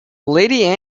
lady